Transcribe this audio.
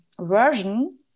version